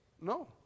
No